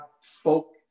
spoke